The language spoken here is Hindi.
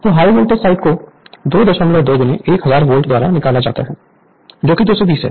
तो हाय वोल्टेज साइड को 22 1000 वोल्टेज द्वारा निकाला जाता है जो कि 220 है